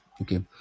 okay